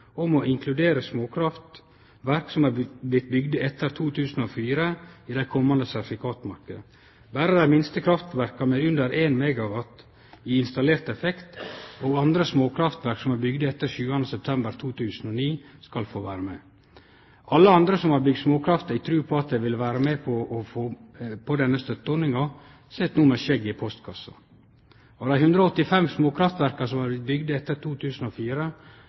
om å inkludere småkraftverk som er blitt bygde etter 2004, i den komande sertifikatmarknaden. Berre dei minste kraftverka, med under 1 MW i installert effekt, og småkraftverk som er bygde etter 7. september 2009, skal få vere med. Alle andre som har bygd småkraftverk i tru på at dei ville få vere med i denne støtteordninga, sit no med «skjegget i postkassa». Av dei 185 småkraftverka som er blitt bygde etter 2004,